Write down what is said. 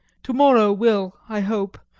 to-morrow will, i hope,